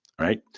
right